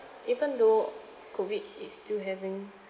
even though COVID is still having